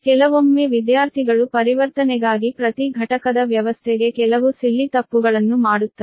ಕೆಲವೊಮ್ಮೆ ವಿದ್ಯಾರ್ಥಿಗಳು ಪರಿವರ್ತನೆಗಾಗಿ ಪ್ರತಿ ಘಟಕದ ವ್ಯವಸ್ಥೆಗೆ ಕೆಲವು ಸಿಲ್ಲಿ ತಪ್ಪುಗಳನ್ನು ಮಾಡುತ್ತಾರೆ